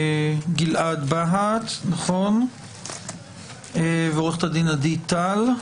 גלעד בהט, עורכת הדין עדי טל נוסבוים,